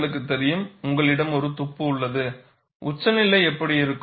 உங்களுக்கு தெரியும் உங்களிடம் ஒரு துப்பு உள்ளது உச்சநிலை எப்படி இருக்கும்